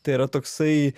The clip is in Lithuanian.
tai yra toksai